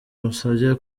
musabye